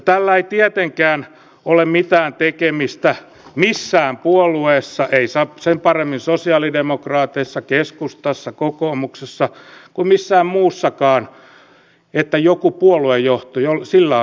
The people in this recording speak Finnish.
tällä ei tietenkään ole mitään tekemistä missään puolueessa ei sen paremmin sosialidemokraateissa keskustassa kokoomuksessa kuin missään muussakaan sen kanssa että jollain puoluejohdolla on rahat